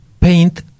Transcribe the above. paint